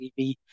tv